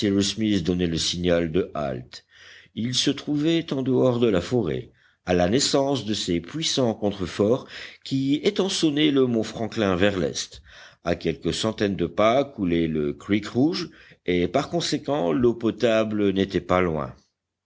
donnait le signal de halte il se trouvait en dehors de la forêt à la naissance de ces puissants contreforts qui étançonnaient le mont franklin vers l'est à quelques centaines de pas coulait le creek rouge et par conséquent l'eau potable n'était pas loin